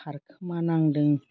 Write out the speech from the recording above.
खारखोमा नांदों